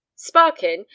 Sparkin